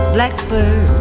Blackbird